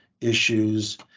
issues